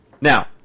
Now